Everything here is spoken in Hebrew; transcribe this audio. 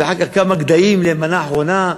ואחר כך כמה גדיים למנה אחרונה,